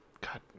God